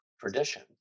tradition